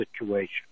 situation